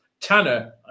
tanner